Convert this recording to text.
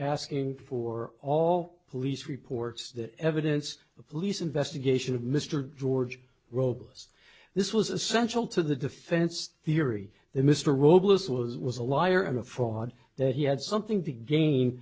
asking for all police reports that evidence the police investigation of mr george robles this was essential to the defense theory that mr willis was was a liar and a fraud that he had something to gain